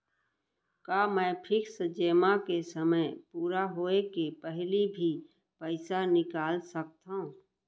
का मैं फिक्स जेमा के समय पूरा होय के पहिली भी पइसा निकाल सकथव?